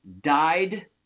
died